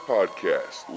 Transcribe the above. Podcast